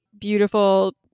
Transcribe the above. beautiful